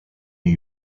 new